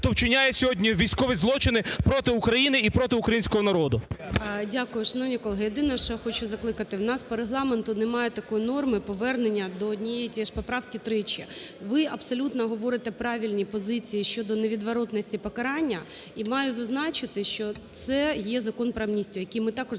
хто вчиняє сьогодні військові злочини проти України і проти українського народу. ГОЛОВУЮЧИЙ. Дякую. Шановні колеги, єдине, що я хочу закликати, у нас по Регламенту немає такої норми: повернення до однієї і тієї поправки тричі. Ви абсолютно говорите правильні позиції щодо невідворотності покарання. І маю зазначити, що це є Закон про амністію, який ми також з вами